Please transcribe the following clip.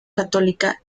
católica